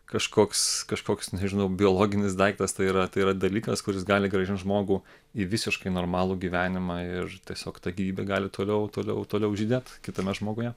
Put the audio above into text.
kažkoks kažkoks nežinau biologinis daiktas tai yra tai yra dalykas kuris gali grąžint žmogų į visiškai normalų gyvenimą ir tiesiog ta gyvybė gali toliau toliau toliau žydėt kitame žmoguje